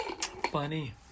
funny